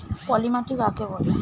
পলি মাটি কাকে বলে?